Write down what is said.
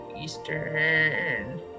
Eastern